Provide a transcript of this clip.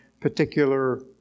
particular